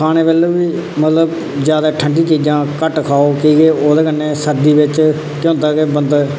खाने अल बी मतलब ज्यादा ठंडी चीजां घट्ट खाओ कि के ओह्दे कन्नै सर्दी बिच केह् होंदा के बंदा